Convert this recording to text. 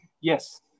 Yes